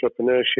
entrepreneurship